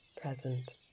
present